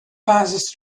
passes